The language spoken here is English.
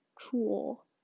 cool